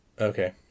Okay